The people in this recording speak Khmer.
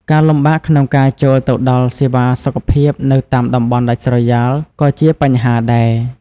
ការលំបាកក្នុងការចូលទៅដល់សេវាសុខភាពនៅតាមតំបន់ដាច់ស្រយាលក៏ជាបញ្ហាដែរ។